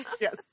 Yes